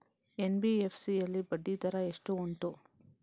NBFC ಯಲ್ಲಿ ಬಡ್ಡಿ ದರ ಎಷ್ಟು ಉಂಟು?